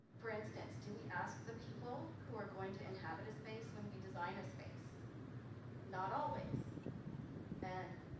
for instance do we ask the people who are going to inhabit a space when we design a space not always and